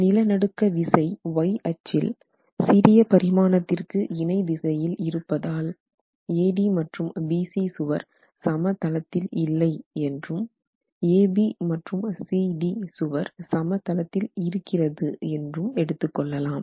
நிலநடுக்கவிசை Y அச்சில் சிறிய பரிமாணத்திற்கு இணை திசையில் இருப்பதால் AD மற்றும் BC சுவர் சமதளத்தில் இல்லை என்றும் AB மற்றும் CD சுவர் சமதளத்தில் இருக்கிறது என்றும் எடுத்துக்கொள்ளலாம்